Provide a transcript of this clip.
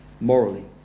morally